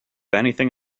anything